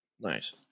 Nice